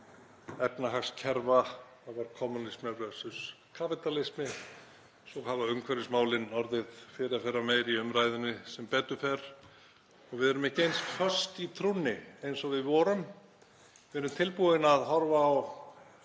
efnahagskerfa. Það var kommúnismi versus kapítalismi. Svo hafa umhverfismálin orðið fyrirferðarmeiri í umræðunni, sem betur fer. Við erum ekki eins föst í trúnni og við vorum. Við erum tilbúin að horfa á